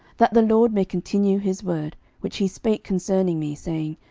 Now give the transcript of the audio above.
that the lord may continue his word which he spake concerning me, saying,